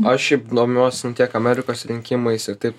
aš šiaip domiuosi nu tiek amerikos rinkimais ir taip